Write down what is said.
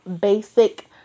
basic